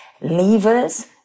levers